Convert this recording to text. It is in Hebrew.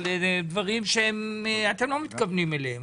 לדברים שאתם לא מתכוונים אליהם,